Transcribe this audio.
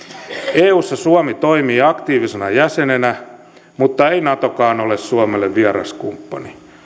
eussa suomi toimii aktiivisena jäsenenä mutta ei natokaan ole suomelle vieras kumppani